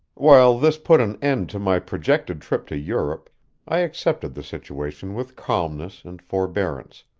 while this put an end to my projected trip to europe i accepted the situation with calmness and forbearance,